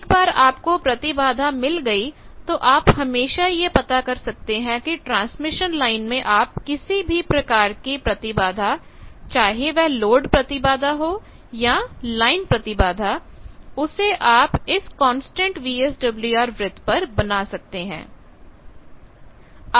एक बार आप को प्रतिबाधा मिल गई तो आप हमेशा यह पता कर सकते हैं कि ट्रांसमिशन लाइन में आप किसी भी प्रकार के प्रतिबाधा चाहे वह लोड प्रतिबाधा हो या लाइन प्रतिबाधा उसे आप इस कांस्टेंट VSWR वृत्त पर बना सकते हैं